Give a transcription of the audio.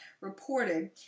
reported